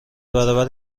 برابر